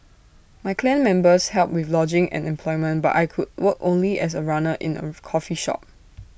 my clan members helped with lodging and employment but I could work only as A runner in A coffee shop